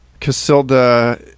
Casilda